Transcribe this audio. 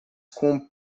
com